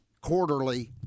quarterly